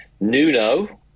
Nuno